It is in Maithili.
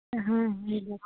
हँ